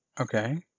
Okay